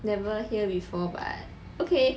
never hear before but okay